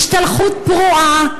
השתלחות פרועה,